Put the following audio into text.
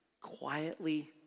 Quietly